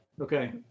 okay